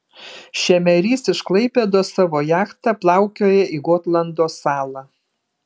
šemerys iš klaipėdos savo jachta plaukioja į gotlando salą